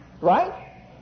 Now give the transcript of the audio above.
Right